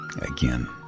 Again